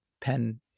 pen